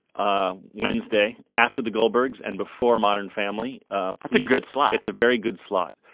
ah wednesday after the goldbergs and before modern family a but good slot it's a very good slot.